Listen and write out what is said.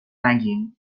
نگین